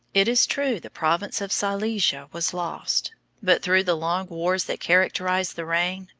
it is true the province of silesia was lost but through the long wars that characterised the reign,